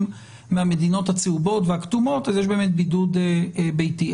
מהמדינות הצהובות והכתומות אז יש באמת בידוד ביתי.